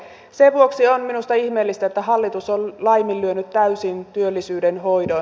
sen vuoksi on minusta ihmeellistä että hallitus on laiminlyönyt täysin työllisyyden hoidon